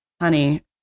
honey